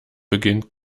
beginnt